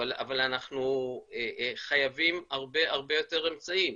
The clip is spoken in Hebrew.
אבל אנחנו חייבים הרבה הרבה יותר אמצעים.